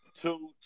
Two